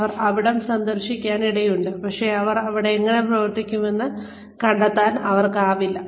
അവർ അവിടം സന്ദർശിക്കാനിടയുണ്ട് പക്ഷേ അവർ എങ്ങനെ പ്രവർത്തിക്കുമെന്ന് കണ്ടെത്താൻ അവർക്കാവില്ല